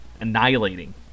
annihilating